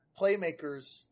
playmakers